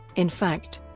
in fact,